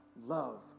love